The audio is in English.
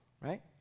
right